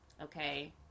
okay